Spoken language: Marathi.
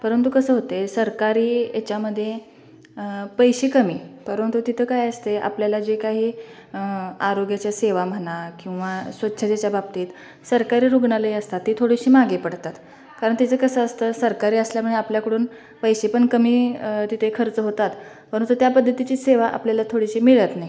परंतु कसं होत आहे सरकारी याच्यामध्ये पैसे कमी परंतु तिथे काय असते आपल्याला जे काही आरोग्याच्या सेवा म्हणा किंवा स्वच्छतेच्या बाबतीत सरकारी रुग्णालय असतात ते थोडेसे मागे पडतात कारण त्याचं कसं असतं सरकारी असल्यामुळे आपल्याकडून पैसे पण कमी तिथे खर्च होतात परंतु त्या पद्धतीची सेवा आपल्याला थोडीशी मिळत नाही